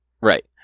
Right